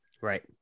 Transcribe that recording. Right